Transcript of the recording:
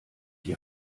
ihr